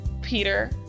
Peter